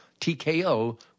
TKO